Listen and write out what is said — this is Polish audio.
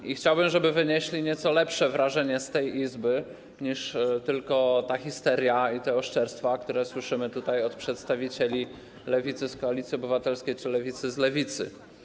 I chciałbym, żeby wynieśli nieco lepsze wrażenie z tej Izby niż tylko wspomnienia histerii i oszczerstw, które słyszymy tutaj od przedstawicieli lewicy z Koalicji Obywatelskiej czy lewicy z Lewicy.